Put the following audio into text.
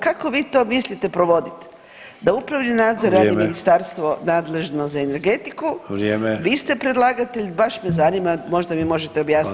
Kako bi to mislite provoditi da upravni nadzor [[Upadica: Vrijeme.]] radi ministarstvo nadležno za energetiku [[Upadica: Vrijeme.]] vi ste predlagatelj, baš me zanima, možda mi možete objasniti.